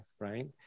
Right